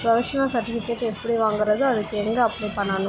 provisional certificate எப்படி வாங்கிறது அதுக்கு எங்கே அப்ளை பண்ணணும்